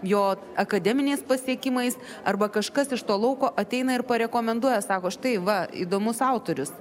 jo akademiniais pasiekimais arba kažkas iš to lauko ateina ir parekomenduoja sako štai va įdomus autorius